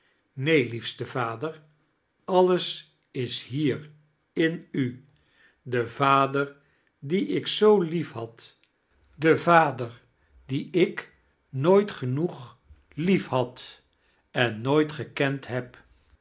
neen liefste vader alles is hier in u de vader dien ik zoo liefhad de vader dien ik nooit genoeg liefhad en nooit gekend heb